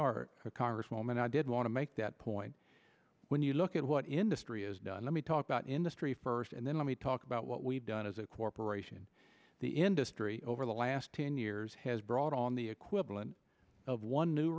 are a congresswoman i did want to make that point when you look at what industry is done let me talk about industry first and then let me talk about what we've done as a corporation the industry over the last ten years has brought on the equivalent of one new